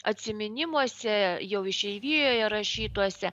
atsiminimuose jau išeivijoje rašytuose